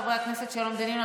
חבר הכנסת שלום דנינו,